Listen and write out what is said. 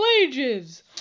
ages